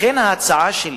לכן ההצעה שלי